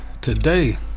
today